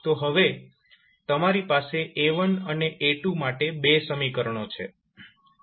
તો હવે તમારી પાસે A1 અને A2 માટે 2 સમીકરણો છે